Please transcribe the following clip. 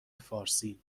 فارسی